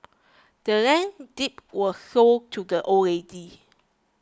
the land's deed was sold to the old lady